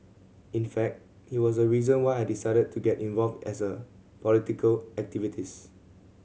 in fact he was a reason why I decided to get involved as a political activist